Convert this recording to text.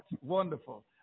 wonderful